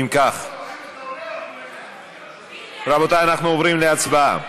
אם כך, רבותי, אנחנו עוברים להצבעה.